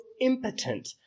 impotent